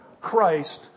Christ